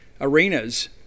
arenas